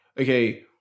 okay